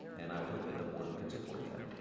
and i would hope that the board could support that.